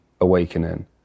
awakening